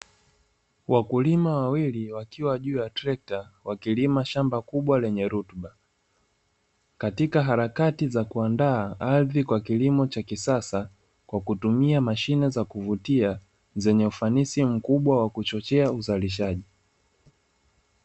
Wakulima wawili wakiwa juu ya trekta, wakilima shamba kubwa lenye rutuba katika harakati za kuandaa ardhi kwa kilimo cha kisasa kwa kutumia mashine za kuvutia zenye ufanisi mkubwa wa kuchochea uzalishaji.